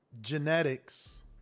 genetics